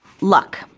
LUCK